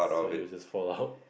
for you it's just fall out